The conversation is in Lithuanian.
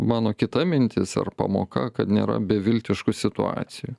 mano kita mintis ar pamoka kad nėra beviltiškų situacijų